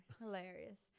hilarious